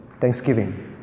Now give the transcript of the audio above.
thanksgiving